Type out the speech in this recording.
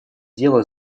дело